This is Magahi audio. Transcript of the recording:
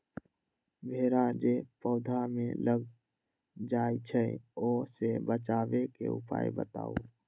भेरा जे पौधा में लग जाइछई ओ से बचाबे के उपाय बताऊँ?